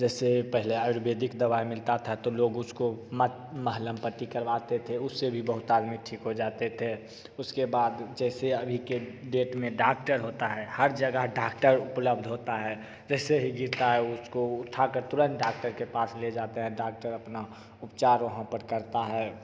जैसे पहले आयुर्वेदिक दवाई मिलता था तो लोग उसको मरहम पट्टी करवाते थे उससे भी बहुत आदमी ठीक हो जाते थे उसके बाद जैसे अभी के डेट में डाक्टर होता है हर जगह डाक्टर उपलब्ध होता है जैसे ही गिरता है उसको उठाकर तुरंत डॉक्टर के पास ले जाते हैं डॉक्टर अपना उपचार वहाँ पर करता है